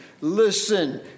listen